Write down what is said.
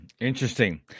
Interesting